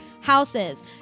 Houses